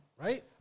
Right